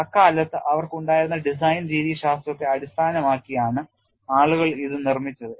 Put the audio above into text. അക്കാലത്ത് അവർക്ക് ഉണ്ടായിരുന്ന ഡിസൈൻ രീതിശാസ്ത്രത്തെ അടിസ്ഥാനമാക്കിയാണ് ആളുകൾ ഇത് നിർമ്മിച്ചത്